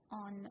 on